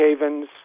Havens